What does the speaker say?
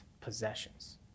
possessions